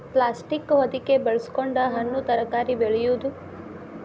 plastic ಹೊದಿಕೆ ಬಳಸಕೊಂಡ ಹಣ್ಣು ತರಕಾರಿ ಬೆಳೆಯುದು